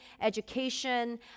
education